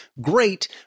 great